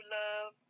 love